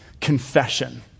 confession